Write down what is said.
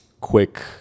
quick